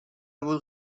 بود